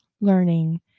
learning